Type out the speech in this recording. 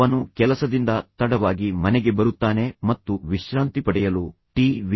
ಅವನು ಕೆಲಸದಿಂದ ತಡವಾಗಿ ಮನೆಗೆ ಬರುತ್ತಾನೆ ಮತ್ತು ವಿಶ್ರಾಂತಿ ಪಡೆಯಲು ಟಿ